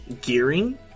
gearing